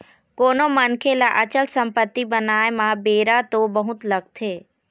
कोनो मनखे ल अचल संपत्ति बनाय म बेरा तो बहुत लगथे